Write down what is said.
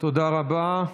תודה רבה.